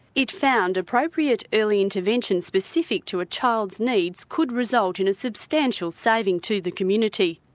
it found appropriate early interventions specific to a child's needs could result in a substantial saving to the community.